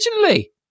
originally